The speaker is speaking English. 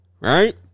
right